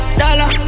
dollar